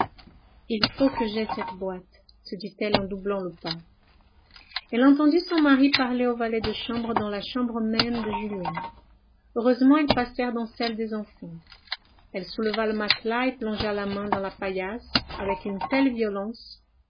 il faut que j'aie cette boîte se dit-elle en doublant le pas elle entendit son mari parler au valet de chambre dans la chambre même de julien heureusement ils passèrent dans celle des enfants elle souleva le matelas et plongea la main dans la paillasse avec une telle violence